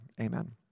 Amen